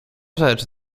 rzecz